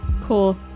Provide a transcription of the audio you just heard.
Cool